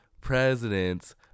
presidents